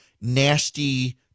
nasty